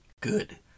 good